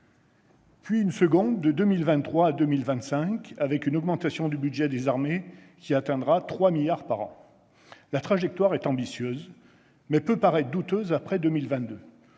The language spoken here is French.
puis, une seconde, de 2023 à 2025, avec une augmentation du budget des armées qui atteindra 3 milliards d'euros par an. La trajectoire est ambitieuse, mais elle peut apparaître douteuse après 2022,